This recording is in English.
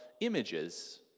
images